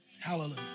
Hallelujah